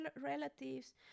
relatives